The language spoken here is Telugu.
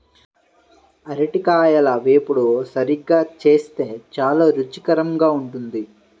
అరటికాయల వేపుడు సరిగ్గా చేస్తే చాలా రుచికరంగా ఉంటుంది